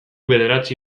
bederatzi